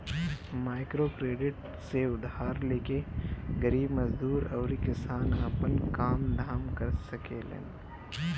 microcredit से उधार लेके गरीब मजदूर अउरी किसान आपन काम धाम कर सकेलन